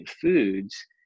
foods